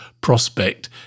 prospect